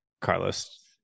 carlos